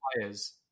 players